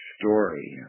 story